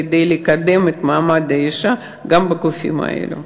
כדי לקדם את מעמד האישה גם בגופים האלה.